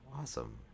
Awesome